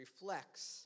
reflects